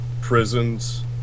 prisons